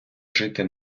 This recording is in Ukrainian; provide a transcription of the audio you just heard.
жити